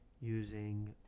using